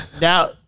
Now